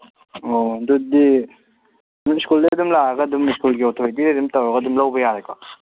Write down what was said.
ꯑꯣ ꯑꯗꯨꯗꯤ ꯑꯗꯨ ꯁ꯭ꯀꯨꯜꯗꯒꯤ ꯑꯗꯨꯝ ꯂꯥꯛꯑꯒ ꯑꯗꯨꯝ ꯁ꯭ꯀꯨꯜꯒꯤ ꯑꯣꯊꯣꯔꯤꯇꯤꯒ ꯑꯗꯨꯝ ꯇꯧꯔ ꯂꯧꯕ ꯌꯥꯔꯦꯀꯣ